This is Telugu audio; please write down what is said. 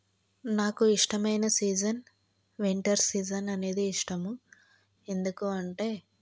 నాకు ఇష్టమైన సీజన్ వింటర్ సీజన్ అనేది ఇష్టము ఎందుకు అంటే